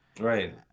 right